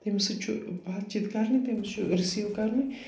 تٔمِس سۭتۍ چھِ بات چیٖت کَرنہِ تٔمِس چھُ رٔسیٖو کرنُے